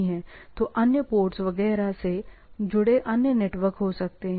तो अन्य पोर्ट्स वगैरह से जुड़े अन्य नेटवर्क हो सकते हैं